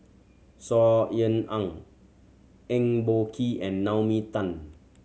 Saw Ean Ang Eng Boh Kee and Naomi Tan